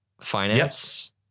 Finance